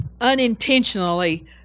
unintentionally